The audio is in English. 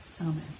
Amen